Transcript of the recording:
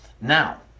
Now